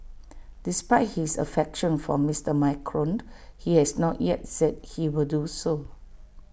despite his affection for Mister Macron he has not yet said he will do so